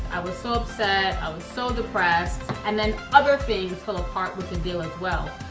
i was so upset. i was so depressed, and then other things fell apart with the deal as well.